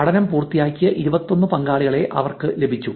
പഠനം പൂർത്തിയാക്കിയ 21 പങ്കാളികളെ അവർക്ക് ലഭിച്ചു